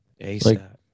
ASAP